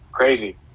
Crazy